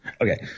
Okay